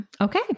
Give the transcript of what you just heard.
Okay